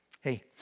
Hey